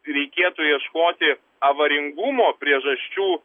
reikėtų ieškoti avaringumo priežasčių